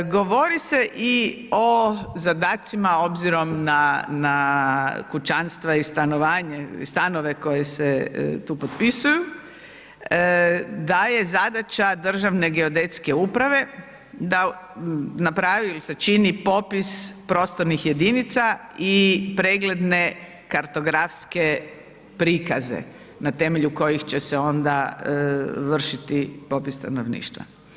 Govori se i o zadacima, obzirom na kućanstva i stanove koji se tu popisuju, da je zadaća Državne geodetske uprave da napravi ili sačini popis prostornih jedinica i pregledne kartografske prikaze na temelju kojih će se onda vršiti popis stanovništva.